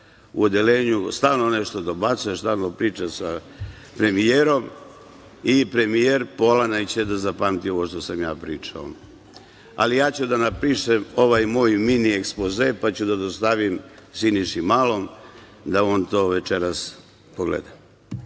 u odeljenju. Stalno nešto dobacuje, stalno priča sa premijerom i premijer pola neće da zapamti ovo što sam ja pričao, ali ja ću da napišem ovaj moj mini ekspoze, pa ću da dostavim Siniši Malom da on to večeras